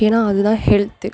ஏன்னா அதுதான் ஹெல்த்